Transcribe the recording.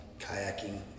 kayaking